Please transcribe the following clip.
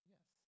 Yes